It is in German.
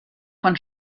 von